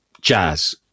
Jazz